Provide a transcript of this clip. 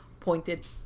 pointed